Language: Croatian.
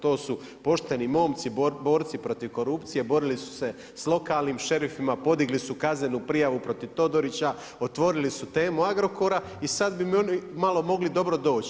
To su pošteni momci, borci protiv korupcije, borili su se s lokalnim šerifima, podigli su kaznenu prijavu protiv Todorića, otvorili su temu Agrokora i sad bi mi oni malo mogli dobro doći.